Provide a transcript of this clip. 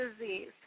disease